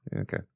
Okay